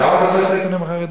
למה אתה צריך את העיתונים החרדיים?